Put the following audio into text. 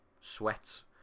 sweats